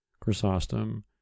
Chrysostom